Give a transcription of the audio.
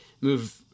move